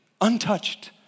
untouched